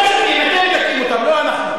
אתם מדכאים אותם, לא אנחנו.